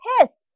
pissed